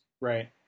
Right